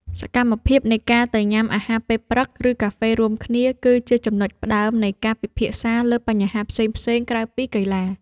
សកម្មភាពនៃការទៅញ៉ាំអាហារពេលព្រឹក ឬកាហ្វេរួមគ្នា គឺជាចំណុចផ្ដើមនៃការពិភាក្សាពីបញ្ហាផ្សេងៗក្រៅពីកីឡា។